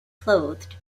clothed